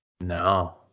No